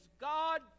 God